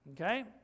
okay